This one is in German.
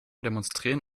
demonstrieren